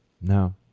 No